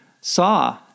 saw